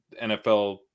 NFL